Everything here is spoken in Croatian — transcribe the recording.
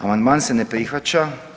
Amandman se ne prihvaća.